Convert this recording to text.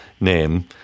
name